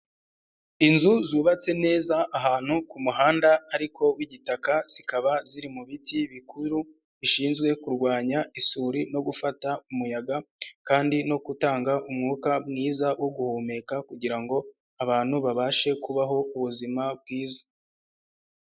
Inzu zubatse neza ahantu ku muhanda ariko w'igitaka, zikaba ziri mu biti bikuru bishinzwe kurwanya isuri no gufata umuyaga kandi no gutanga umwuka mwiza wo guhumeka kugira ngo abantu babashe kubaho ubuzima bwiza.